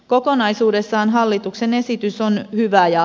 kokonaisuudessaan hallituksen esitys on hyvä ja